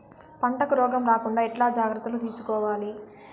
పంటకు రోగం రాకుండా ఎట్లా జాగ్రత్తలు తీసుకోవాలి?